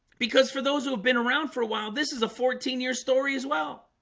because for those who have been around for a while, this is a fourteen year story as well